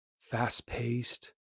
fast-paced